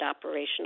operational